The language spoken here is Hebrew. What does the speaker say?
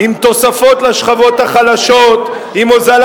שקלים בתחבורה ובתחבורה